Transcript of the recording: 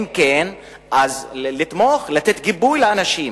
אם כן, אז לתמוך, לתת גיבוי לאנשים.